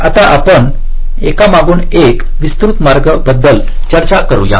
तर आता आपण एकामागून एक विस्तृत मार्ग बद्दल चर्चा करूया